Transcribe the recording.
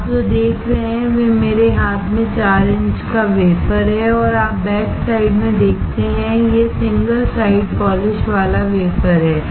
आप जो देख रहे हैं वह मेरे हाथ में 4 इंच का वेफर है और आप बैक साइड में देखते हैं यह सिंगल साइड पॉलिश वाला वेफर है